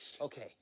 Okay